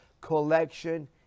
collection